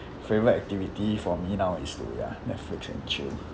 favourite activity for me now is to ya netflix and chill